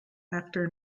after